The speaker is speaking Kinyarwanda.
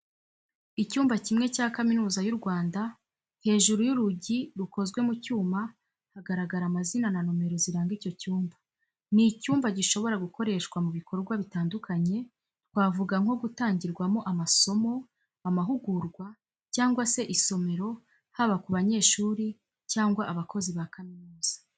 Icyumba kimwe cya kaminuza yu Rwanda, hejuru y'urugi rukozwe mu cyuma hagaragara amazina na nomero ziranga icyo cyumba. Ni icyumba gishobora gukoreshwa mu bikorwa bitandukanye, twavuga nko gutangirwamo amasomo, amahugurwa, cyangwa se isomero haba ku banyeshuri cyangwa abakozi ba kaminuza.